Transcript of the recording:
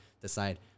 decide